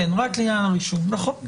רק לעניין הרישום, נכון.